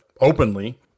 openly